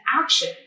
action